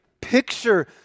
picture